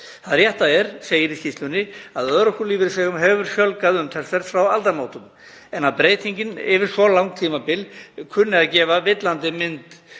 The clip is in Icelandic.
Það rétta er, segir í skýrslunni, að örorkulífeyrisþegum hefur fjölgað umtalsvert frá aldamótum, en breytingin yfir svo langt tímabil kann að gefa villandi mynd